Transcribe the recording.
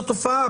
זו תופעה,